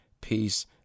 peace